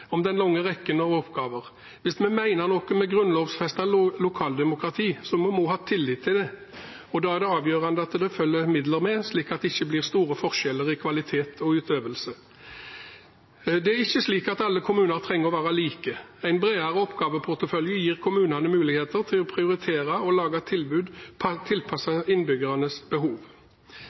om den lange rekken av oppgaver at hvis vi mener noe med grunnlovfestet lokaldemokrati, må vi også ha tillit til det, og da er det avgjørende at det følger midler med, slik at det ikke blir store forskjeller i kvalitet og utøvelse. Det er ikke slik at alle kommuner trenger å være like. En bredere oppgaveportefølje gir kommunene muligheter til å prioritere å lage tilbud tilpasset innbyggernes behov.